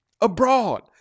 abroad